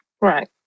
Right